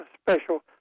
special